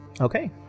Okay